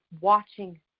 watching